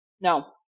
No